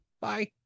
bye